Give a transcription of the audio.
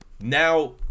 now